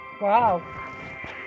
Wow